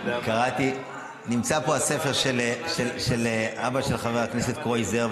נמצא פה הספר של אבא של חבר הכנסת קרויזר,